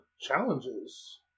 challenges